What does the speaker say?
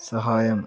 സഹായം